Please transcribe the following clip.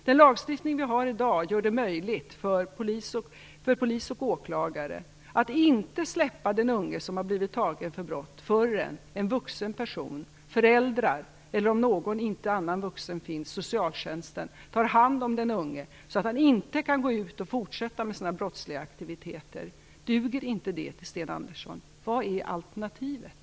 Den lagstiftning vi har i dag gör det möjligt för Polisen och åklagarna att inte släppa den unge som har blivit gripen för brott förrän en vuxen person, föräldrar eller - om inte någon annan vuxen finns - socialtjänsten, tar hand om den unge så att han inte kan gå ut och fortsätta med sina brottsliga aktiviteter. Duger inte det åt Sten Andersson? Vad är alternativet?